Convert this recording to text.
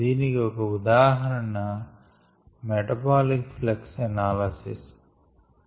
దీనికి ఒక ఉదాహరణ 'మెటబాలిక్ ఫ్లక్స్ అనాలిసిస్'